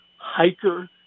hiker